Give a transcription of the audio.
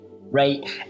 right